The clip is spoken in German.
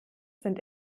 sind